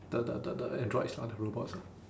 the the the the androids lah the robots lah